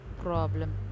problem